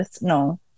No